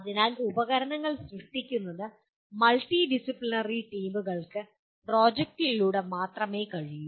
അതിനാൽ ഉപകരണങ്ങൾ സൃഷ്ടിക്കുന്നത് മൾട്ടിഡിസിപ്ലിനറി ടീമുകൾക്ക് പ്രോജക്റ്റുകളിലൂടെ മാത്രമേ ശ്രമിക്കൂ